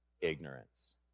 ignorance